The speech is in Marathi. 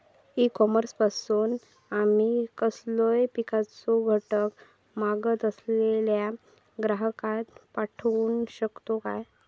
ई कॉमर्स पासून आमी कसलोय पिकाचो घटक मागत असलेल्या ग्राहकाक पाठउक शकतू काय?